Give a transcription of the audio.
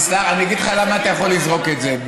אני אגיד לך למה אתה יכול לזרוק את זה.